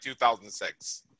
2006